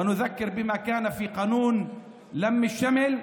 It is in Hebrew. ואנו נזכיר את מה שהיה בחוק איחוד המשפחות.